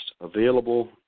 available